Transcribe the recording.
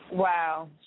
Wow